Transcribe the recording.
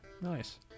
Nice